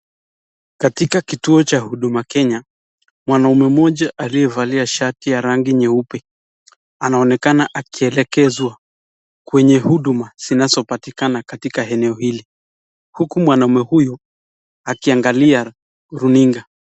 Katika kituo cha huduma Kenya, mwanaume mmoja aliyevalia shati ya rangi nyeupe anaonekana akielekezwa kwenye huduma zinazopatikana katika eneo hili, huku mwanaume huyu akiangalia runinga.